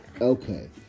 Okay